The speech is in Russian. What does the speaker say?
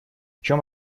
чем